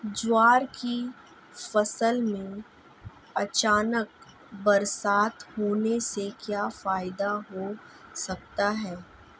ज्वार की फसल में अचानक बरसात होने से क्या फायदा हो सकता है?